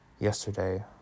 yesterday